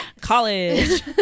College